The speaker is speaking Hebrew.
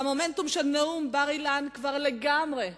והמומנטום של נאום בר-אילן כבר לגמרי,